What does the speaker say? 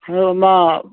ꯑꯗꯨ ꯃꯥ